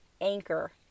Anchor